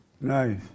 nice